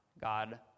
God